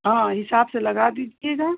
हाँ हिसाब से लगा दीजिएगा